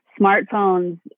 smartphones